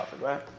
right